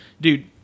Dude